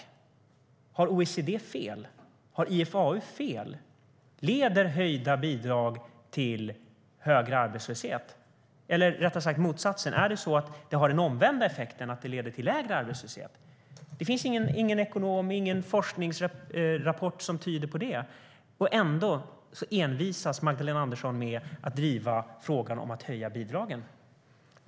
Har OECD fel? Har IFAU fel? Leder höjda bidrag till högre arbetslöshet? Eller har det den omvända effekten, att det leder till lägre arbetslöshet? Det finns ingen ekonom och ingen forskningsrapport som visar på det. Ändå envisas Magdalena Andersson med att driva frågan om att höja bidragen.